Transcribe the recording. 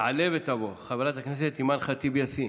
תעלה ותבוא חברת הכנסת אימאן ח'טיב יאסין.